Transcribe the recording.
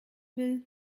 will